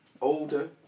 older